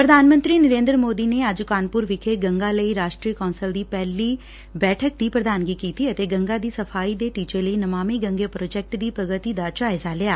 ਪ੍ਰਧਾਨ ਮੰਤਰੀ ਨਰੇਂਦਰ ਮੋਦੀ ਨੇ ਅੱਜ ਕਾਨਪੁਰ ਵਿਖੇ ਗੰਗਾ ਲਈ ਰਾਸ਼ਟਰੀ ਕੌਂਸਲ ਦੀ ਪਹਿਲੀ ਬੈਠਕ ਦੀ ਪ੍ਰਧਾਨਗੀ ਕੀਤੀ ਅਤੇ ਗੰਗਾ ਦੀ ਸਫ਼ਾਈ ਦੇ ਟੀਚੇ ਲਈ ਨਮਾਮੀ ਗੰਗੇ ਪ੍ਰੋਜੈਕਟ ਦੀ ਪ੍ਰਗਤੀ ਦਾ ਜਾਇਜ਼ਾ ਲਿਆ